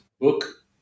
book